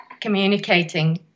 communicating